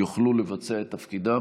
יוכלו לבצע את תפקידם.